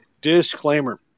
disclaimer